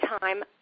time